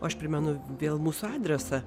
o aš primenu vėl mūsų adresą